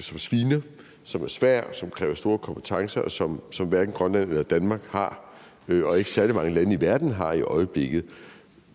som sviner, som er svær, og som kræver store kompetencer, som hverken Grønland eller Danmark har – og som ikke særlig mange lande i verden har i øjeblikket.